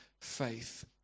faith